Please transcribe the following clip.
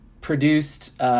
produced